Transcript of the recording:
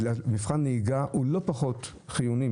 מבחן נהיגה מעשי הוא לא פחות חיוני,